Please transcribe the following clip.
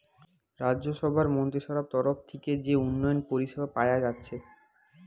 রাজ্যসভার মন্ত্রীসভার তরফ থিকে যে উন্নয়ন পরিষেবা পায়া যাচ্ছে